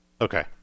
Okay